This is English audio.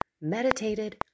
meditated